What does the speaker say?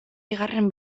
bigarren